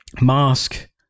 mask